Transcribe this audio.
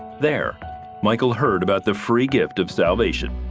there michael heard about the free gift of salvation.